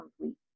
complete